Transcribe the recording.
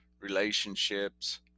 relationships